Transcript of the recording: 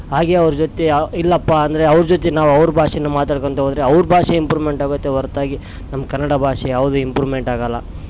ಹಾಗೆ ಅವ್ರ ಜೊತೆ ಆ ಇಲ್ಲಪ್ಪ ಅಂದರೆ ಅವ್ರ ಜೊತೆ ನಾವು ಅವ್ರ ಭಾಷೆನ ಮಾತಾಡ್ಕೊಳ್ತಾ ಹೋದರೆ ಅವ್ರ ಭಾಷೆ ಇಂಪ್ರೂಮೆಂಟ್ ಆಗುತ್ತೆ ಹೊರೆತಾಗಿ ನಮ್ಮ ಕನ್ನಡ ಭಾಷೆ ಯಾವುದು ಇಂಪ್ರೂಮೆಂಟ್ ಆಗಲ್ಲ